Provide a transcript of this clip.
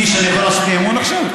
קיש, אני יכול לעשות אי-אמון עכשיו?